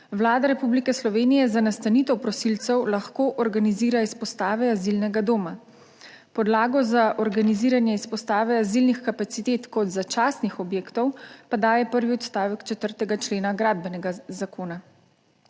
Vlada Republike Slovenije za nastanitev prosilcev lahko organizira izpostave azilnega doma. Podlago za organiziranje izpostave azilnih kapacitet kot začasnih objektov, pa daje prvi odstavek 4. člena Gradbenega zakona.